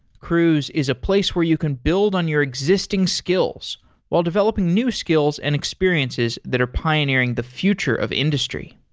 cruise is a place where you can build on your existing skills while developing new skills and experiences that are pioneering the future of industry.